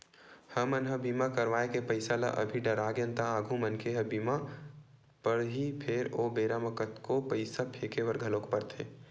हमन ह बीमा करवाय के पईसा ल अभी डरागेन त आगु मनखे ह बीमार परही फेर ओ बेरा म कतको पईसा फेके बर घलोक परथे